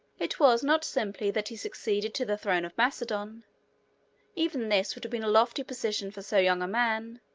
it was not simply that he succeeded to the throne of macedon even this would have been a lofty position for so young a man